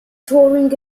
touring